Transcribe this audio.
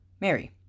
Mary